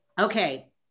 Okay